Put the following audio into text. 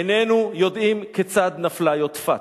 איננו יודעים כיצד נפלה יודפת.